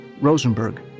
Rosenberg